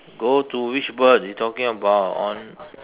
go to which bird you talking about on